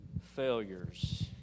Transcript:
failures